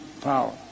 power